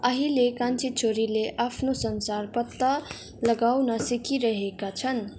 अहिले कान्छी छोरीले आफ्नो संसार पत्ता लगाउन सिकिरहेका छन्